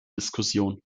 diskussion